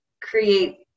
create